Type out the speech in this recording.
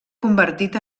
convertit